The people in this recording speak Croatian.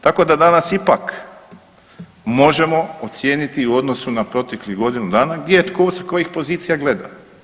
Tako da danas ipak možemo ocijeniti u odnosu na proteklih godinu dana gdje je tko s kojih pozicija gledao.